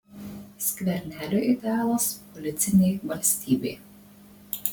skverneliui idealas policinė valstybė